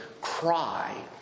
cry